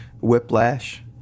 whiplash